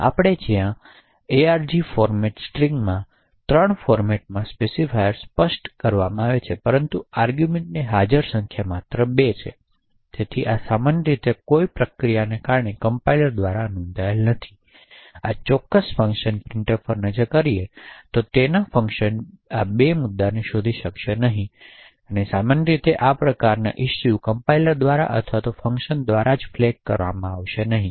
તેથી આપણે જ્યાં આપણે ARG ફોર્મેટ સ્ટ્રિંગ માં 3 ફોર્મેટમાં સ્પેસિફાયર સ્પષ્ટ પરંતુ એવી આર્ગૂમેંટ હાજર સંખ્યા માત્ર 2 છે તેથી આ સામાન્ય રીતે કોઇ પ્રક્રિયાને કારણે કમ્પાઇલર્સ દ્વારા નોંધાયેલ નથી આ ચોક્કસ ફંકશન printf પર નજર કરીએ અને તેના ફંક્શન 2 આ મુદ્દાને શોધી શકશે નહીં તેથી સામાન્ય રીતે આ પ્રકારના ઇસ્યુ કમ્પાઇલર્સ દ્વારા અથવા ફંક્શન દ્વારા જ ફ્લેગ કરવામાં આવશે નહીં